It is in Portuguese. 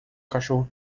cachorro